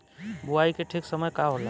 बुआई के ठीक समय का होला?